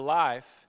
life